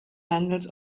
handles